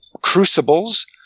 crucibles